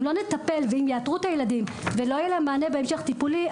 אם לא נטפל ואם יאתרו את הילדים ולא יהיה להם מענה טיפולי בהמשך,